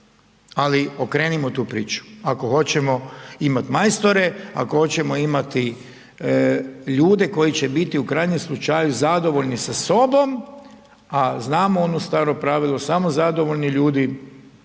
ali okrenimo tu priču, ako hoćemo imat majstore, ako hoćemo imati ljude koji će biti u krajnjem slučaju zadovoljni sa sobom, a znamo ono staro pravilo samo zadovoljni ljudi